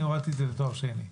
אני הורדתי את זה לתואר שני.